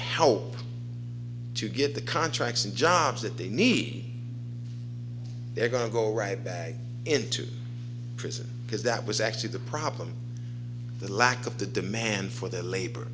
help to get the contracts and jobs that they need they're going to go right back into prison because that was actually the problem the lack of the demand for their labor